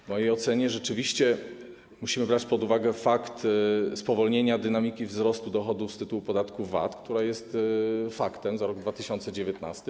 W mojej ocenie rzeczywiście musimy brać pod uwagę spowolnienie dynamiki wzrostu dochodów z tytułu podatku VAT, które jest faktem, za rok 2019.